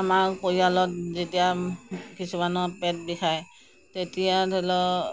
আৰমা পৰিয়ালত যেতিয়া কিছুমানৰ পেট বিষাই তেতিয়া ধৰি লওক